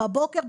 בבוקר,